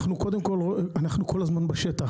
אנחנו כל הזמן בשטח.